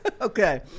Okay